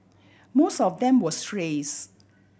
most of them were strays